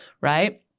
right